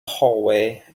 hallway